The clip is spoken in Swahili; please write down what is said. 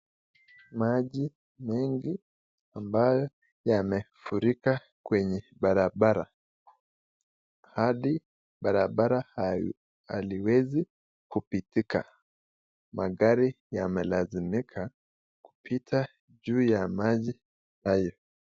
Maji mingi ambayo yamefurika kwenye barabara hadi barabara haliwezi kupitika, Magari yamelazimika kupita juu ya maji hayo.